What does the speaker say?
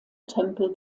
tempel